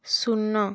ଶୂନ